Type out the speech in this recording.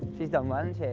she's done well